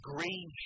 Green